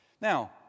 Now